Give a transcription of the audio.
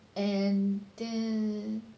mmhmm